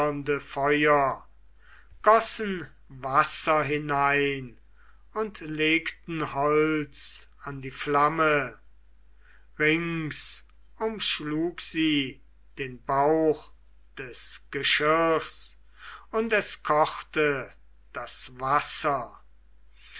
gossen wasser hinein und legten holz an die flamme rings umschlug sie den bauch des geschirrs und es kochte das wasser